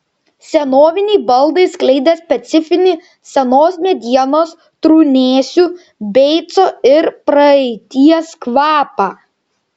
senoviniai baldai skleidė specifinį senos medienos trūnėsių beico ir praeities kvapą